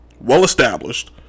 well-established